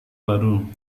baru